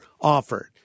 offered